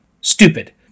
stupid